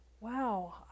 wow